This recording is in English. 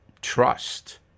trust